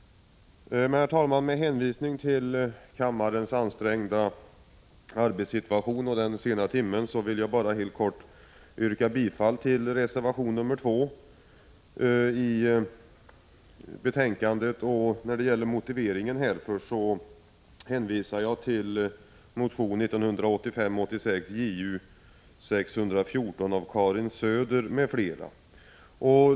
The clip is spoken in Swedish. Herr talman! Med hänvisning till kammarens ansträngda arbetssituation och den sena timmen vill jag bara helt kort yrka bifall till reservation nr 2 i betänkandet. När det gäller motiveringen härför hänvisar jag till motion 1985/86:Ju614 av Karin Söder m.fl.